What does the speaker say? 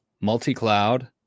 multi-cloud